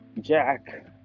Jack